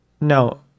No